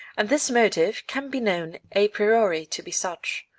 and this motive can be known a priori to be such.